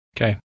Okay